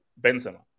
Benzema